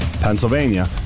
Pennsylvania